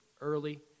early